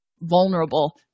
vulnerable